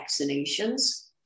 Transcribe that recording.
vaccinations